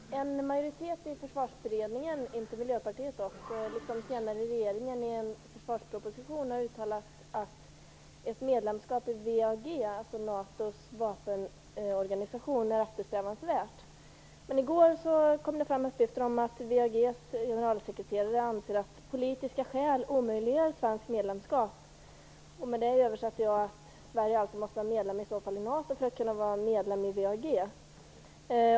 Fru talman! En majoritet i Försvarsberedningen - dock inte Miljöpartiet - har liksom senare regeringen i en försvarsproposition uttalat att ett medlemskap i WEAG, dvs. NATO:s vapenorganisation, är eftersträvansvärt. I går kom det fram uppgifter om att WEAG:s generalsekreterare anser att politiska skäl omöjliggör svenskt medlemskap. Jag översätter det till att Sverige måste vara medlem i NATO för att kunna vara medlem i WEAG.